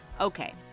Okay